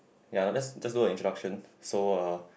ya let's just look at introduction so uh